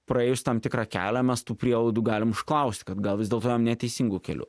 praėjus tam tikrą kelią mes tų prielaidų galim užklausti kad gal vis dėlto ėjom neteisingu keliu